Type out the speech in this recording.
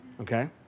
Okay